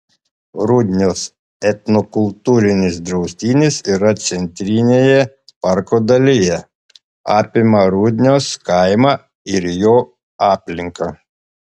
rudnios etnokultūrinis draustinis yra centrinėje parko dalyje apima rudnios kaimą ir jo aplinką